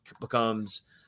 becomes